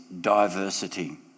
diversity